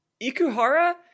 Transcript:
Ikuhara